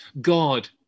God